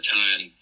time